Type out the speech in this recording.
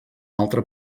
altre